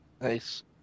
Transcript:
Nice